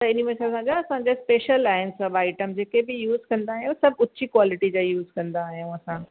त इन्हीअ में छा असांजा स्पेशियल आहिनि सभु आइटम जेके बि यूस कंदा आहियूं सभु ऊची क्वालिटी जा ई यूस कंदा आहियूं असां